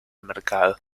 mercado